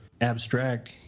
abstract